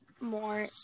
more